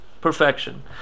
perfection